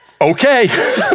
okay